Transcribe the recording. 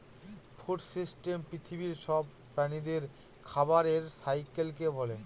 food system পৃথিবীর সব প্রাণীদের খাবারের সাইকেলকে বলে